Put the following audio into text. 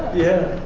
yeah.